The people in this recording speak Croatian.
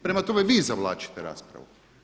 Prema tome, vi zavlačite raspravu.